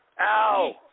Ow